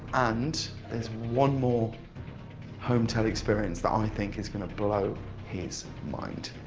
and there is one more home-tel experience that um i think is going to blow his mind.